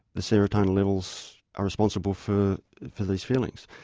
the serotonin levels are responsible for for these feelings,